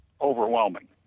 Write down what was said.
overwhelming